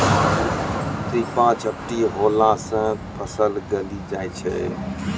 चित्रा झपटी होला से फसल गली जाय छै?